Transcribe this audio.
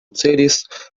cedis